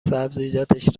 سبزیجاتش